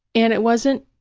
and it wasn't